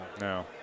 No